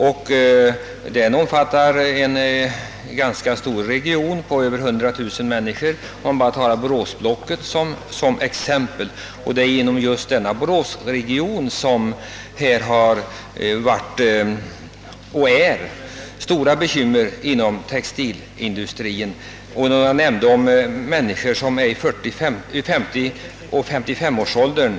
Jag tog denna ganska stora region som exempel — den omfattar över 100 000 människor — eftersom det i denna region varit och är stora bekymmer inom textilindustrin framför allt, som jag nämnde, för den friställda arbetskraften i 45—50-årsåldern.